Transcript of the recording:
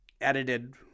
edited